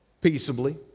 Peaceably